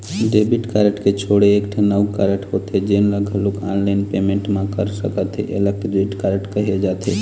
debit card के छोड़े एकठन अउ कारड होथे जेन ल घलोक ऑनलाईन पेमेंट म कर सकथे एला क्रेडिट कारड कहे जाथे